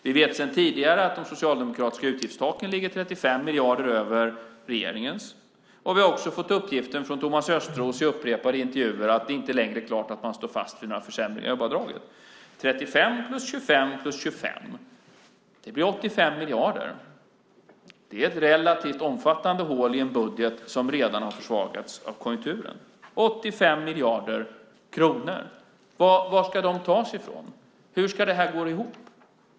Vi vet sedan tidigare att de socialdemokratiska utgiftstaken ligger 35 miljarder över regeringens, och vi har också fått uppgiften från Thomas Östros i upprepade intervjuer att det inte längre är klart att man står fast vid några försämringar av jobbavdraget. 35 + 25 + 25, det blir 85 miljarder. Det är ett relativt omfattande hål i en budget som redan har försvagats av konjunkturen. 85 miljarder kronor - var ska de tas ifrån? Hur ska det här gå ihop?